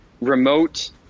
remote